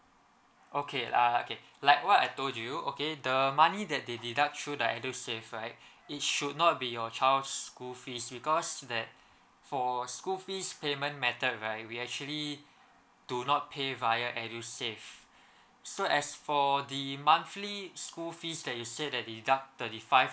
okay err okay like what I told you okay the money that they deduct through the edusave right it should not be your child school fees because that for school fees payment method right we actually do not pay via edusave so as for the monthly school fees that you said they deduct thirty five